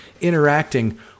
interacting